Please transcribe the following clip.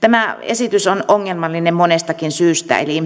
tämä esitys on ongelmallinen monestakin syystä eli